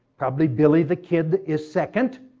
probably billy the kid is second.